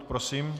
Prosím.